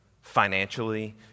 financially